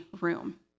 room